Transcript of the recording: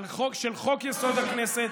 של חוק-יסוד: הכנסת,